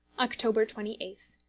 october twenty eighth.